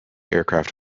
aircraft